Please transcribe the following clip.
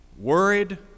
worried